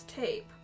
tape